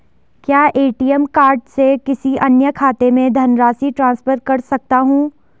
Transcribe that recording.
क्या ATM card से किसी अन्य खाते में धनराशि ट्रांसफर कर सकता हूँ?